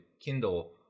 Kindle